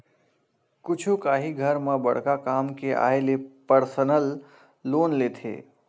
कुछु काही घर म बड़का काम के आय ले परसनल लोन लेथे